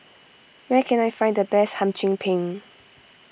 where can I find the best Hum Chim Peng